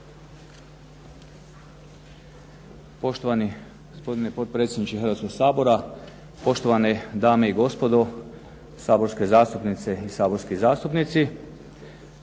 Poštovani gospodine potpredsjedniče Hrvatskog sabora, poštovane dame i gospodo saborske zastupnice i saborski zastupnici.